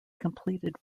completed